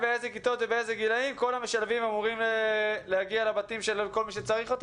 כל המשלבים אמורים להגיע לבתים של כל מי שצריך?